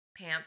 pamp